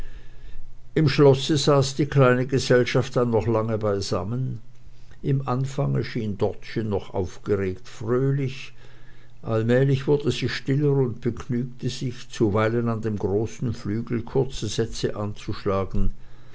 im schlosse saß die kleine gesellschaft dann noch lange beisammen im anfange schien dortchen noch aufgeregt fröhlich allmählich wurde sie stiller und begnügte sich zuweilen an dem großen flügel kurze sätze anzuschlagen